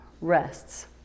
rests